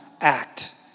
act